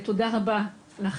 תודה רבה לך,